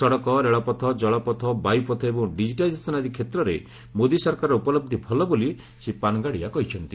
ସଡ଼କ ରେଳପଥ ଜଳପଥ ବାୟୁପଥ ଏବଂ ଡିକିଟାଇଜେସନ ଆଦି କ୍ଷେତ୍ରରେ ମୋଦି ସରକାରର ଉପଲହି ଭଲ ବୋଲି ଶ୍ରୀ ପାନଗାଡ଼ିଆ କହିଛନ୍ତି